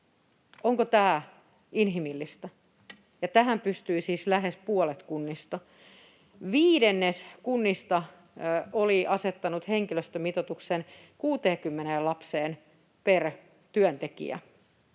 Onko tämä inhimillistä? Ja tähän pystyi siis lähes puolet kunnista. Viidennes kunnista oli asettanut henkilöstömitoituksen 60 lapseen per työntekijä,